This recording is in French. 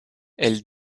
elle